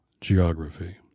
geography